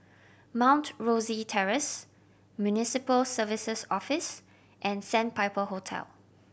Mount Rosie Terrace Municipal Services Office and Sandpiper Hotel